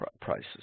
prices